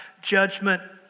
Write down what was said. judgment